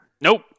Nope